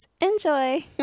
Enjoy